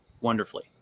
wonderfully